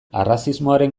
arrazismoaren